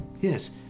Yes